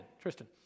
Tristan